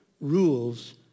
rules